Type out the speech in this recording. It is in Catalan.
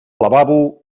lavabo